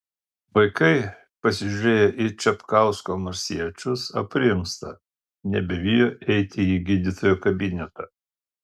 vaikai pasižiūrėję į čepkausko marsiečius aprimsta nebebijo eiti į gydytojo kabinetą